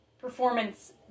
performance